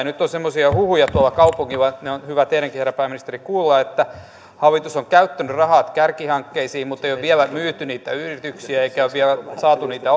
nyt on semmoisia huhuja tuolla kaupungilla että ne on hyvä teidänkin herra pääministeri kuulla että hallitus on käyttänyt rahat kärkihankkeisiin mutta ei ole vielä myyty niitä yrityksiä eikä ole vielä saatu niitä